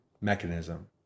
mechanism